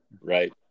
Right